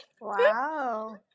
Wow